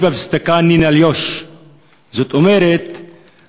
(אומר דברים בשפה הרוסית,